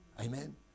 Amen